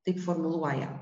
taip formuluoja